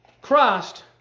Christ